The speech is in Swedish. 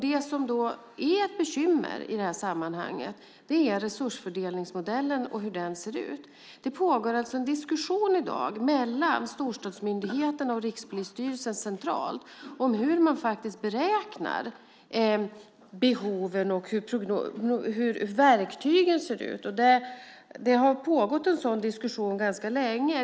Det som är ett bekymmer i det här sammanhanget är hur resursfördelningsmodellen ser ut. Det pågår alltså en diskussion i dag mellan storstadsmyndigheterna och Rikspolisstyrelsen centralt om hur man faktiskt beräknar behoven och hur verktygen ser ut. Det har pågått en sådan diskussion ganska länge.